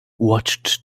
watched